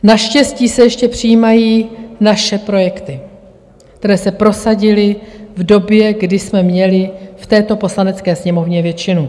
Naštěstí se ještě přijímají naše projekty, které se prosadily v době, kdy jsme měli v této Poslanecké sněmovně většinu.